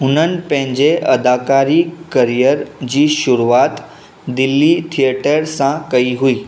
उन्हनि पंहिंजे अदाक़ारी करिअर जी शुरुआति दिल्ली थिएटर सां कई हुई